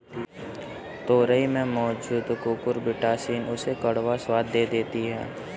तोरई में मौजूद कुकुरबिटॉसिन उसे कड़वा स्वाद दे देती है